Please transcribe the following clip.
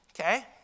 Okay